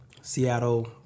Seattle